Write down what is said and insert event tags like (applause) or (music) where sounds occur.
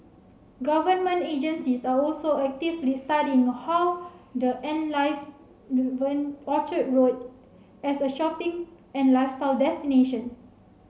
government agencies are also actively studying a how the enliven (unintelligible) Orchard Road as a shopping and lifestyle destination